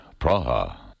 Praha